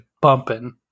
bumping